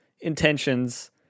intentions